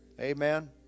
amen